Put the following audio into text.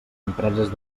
empreses